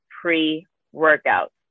pre-workout